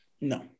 No